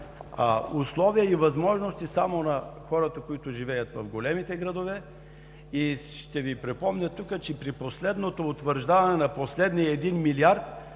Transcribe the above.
условия и възможности само на хората, които живеят в големите градове. Тук ще Ви припомня, че при утвърждаването на последния 1 милиард